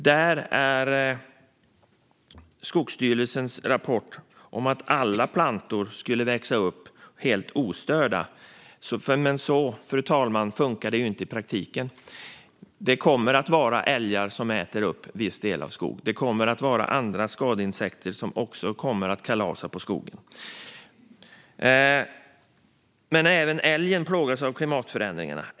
Enligt Skogsstyrelsens rapport ska alla plantor växa upp helt ostörda. Men så funkar det inte i praktiken. Älgar kommer att äta upp en viss del av skogen, och skadeinsekter kommer också att kalasa på skogen. Även älgen plågas av klimatförändringarna.